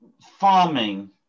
farming